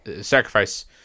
sacrifice